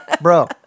bro